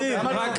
למה לא?